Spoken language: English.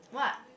what